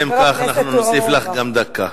לשם כך אנחנו נוסיף לך גם דקה.